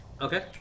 Okay